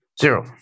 zero